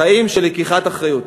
חיים של לקיחת אחריות.